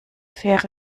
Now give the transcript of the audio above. fähre